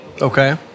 Okay